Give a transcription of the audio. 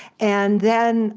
and then